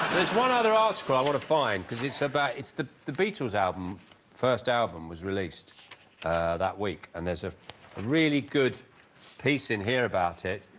there's one other arts girl what a fine because it's about it's the the beatles album first album was released that week and there's a really good piece in here about it